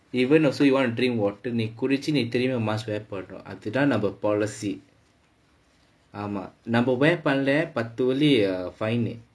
even also you want to drink water நீ குடிச்சி நீ திரும்ப:nee kudichi nee tirumba mask wear பண்ணுனும் அது தான் நம்ம:pannunom athu thaan namma policy ஆமா நாம:aamaa naama wear பண்ணுலை பத்து வெள்ளி:pannulai pathu velli fine